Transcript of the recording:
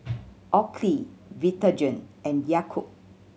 Oakley Vitagen and Yakult